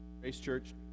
gracechurch